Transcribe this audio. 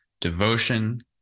Devotion